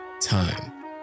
time